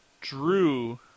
drew